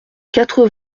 quatre